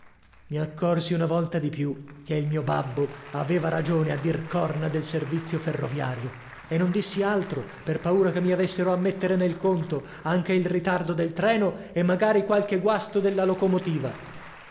i accorsi una volta di più che il mio babbo aveva ragione a dir corna del servizio ferroviario e non dissi altro per paura che mi avessero a mettere nel conto anche il ritardo del treno e magari qualche guasto della locomotiva